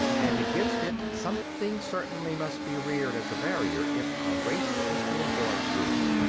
and against it something certainly must be reared as a barrier, if our race is to avoid ruin.